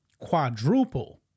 quadruple